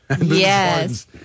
Yes